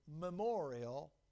memorial